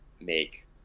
make